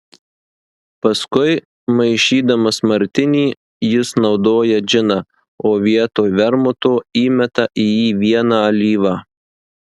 paskui maišydamas martinį jis naudoja džiną o vietoj vermuto įmeta į jį vieną alyvą